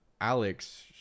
alex